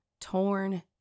torn